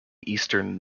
eastern